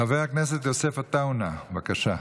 חבר הכנסת יוסף עטאונה, בבקשה,